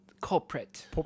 culprit